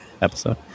Episode